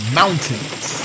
mountains